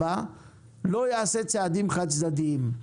לא יעשה צעדים חד-צדדיים,